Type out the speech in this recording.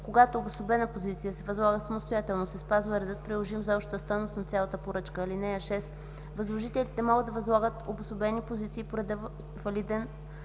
Когато обособена позиция се възлага самостоятелно, се спазва редът, приложим за общата стойност на цялата поръчка. (6) Възложителите могат да възлагат обособени позиции по реда, валиден